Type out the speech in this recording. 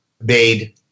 made